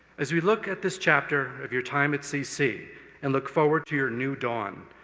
as we look at this chapter of your time at cc and look forward to your new dawn,